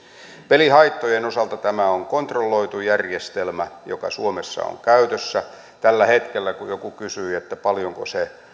pelihaittojen osalta tämä on kontrolloitu järjestelmä joka suomessa on käytössä kun joku kysyi paljonko se